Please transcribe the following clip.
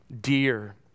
dear